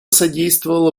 содействовало